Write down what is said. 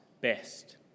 best